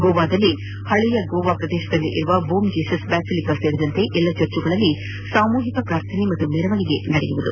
ಗೋವಾದಲ್ಲಿ ಹಳೇ ಗೋವಾದಲ್ಲಿರುವ ಬೋಮ್ ಜೀಸಸ್ ಬೆಸಲಿಕಾ ಸೇರಿದಂತೆ ಎಲ್ಲ ಚರ್ಚ್ಗಳಲ್ಲಿ ಸಾಮೂಹಿಕ ಪ್ರಾರ್ಥನೆ ಹಾಗೂ ಮೆರವಣಿಗೆ ನಡೆಯಲಿದೆ